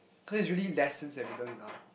so that's really lessons that we learn in army